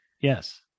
Yes